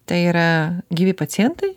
tai yra gyvi pacientai